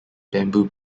bamboo